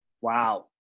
Wow